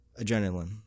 adrenaline